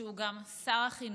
שהוא גם שר החינוך,